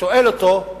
ושואל אותו: